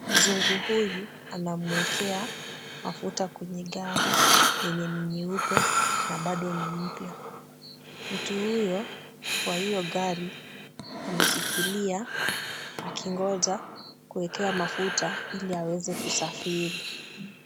Mzungu huyu anamuekea mafuta kwenye gari yenye ni nyeupe na bado ni mpya. Mtu huyo wa hiyo gari ameshikilia akingoja kuwekewa mafuta ili aweze kusafiri.